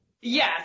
Yes